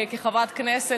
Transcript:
כחברת כנסת,